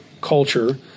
culture